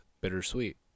BITTERSWEET